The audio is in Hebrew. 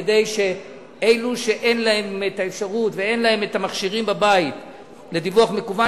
כדי שאלו שאין להם האפשרות ואין להם בבית המכשירים לדיווח מקוון